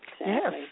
Yes